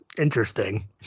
interesting